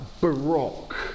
Baroque